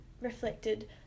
reflected